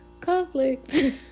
conflict